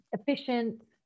efficient